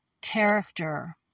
character